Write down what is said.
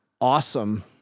awesome